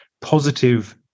positive